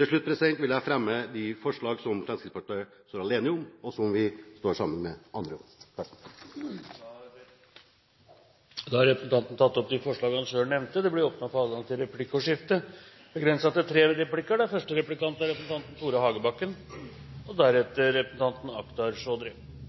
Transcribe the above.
Til slutt vil jeg fremme de forslagene som Fremskrittspartiet er alene om, og de forslagene som vi står sammen med andre om. Da har representanten Per Sandberg tatt opp de forslagene han refererte til. Det blir replikkordskifte. Vi fikk først og fremst fokus på hva Fremskrittspartiet ville bruke mer penger på. Noen ville bruke mer ressurser, sa representanten